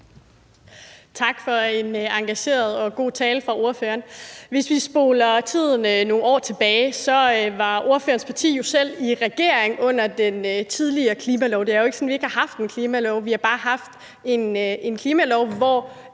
Tak for en engageret og god tale fra ordføreren. Hvis vi spoler tiden nogle år tilbage, var ordførerens parti jo selv i regering under den tidligere klimalov – det er jo ikke sådan, at vi ikke har haft en klimalov, vi har bare haft en klimalov, hvor